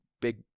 big